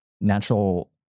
natural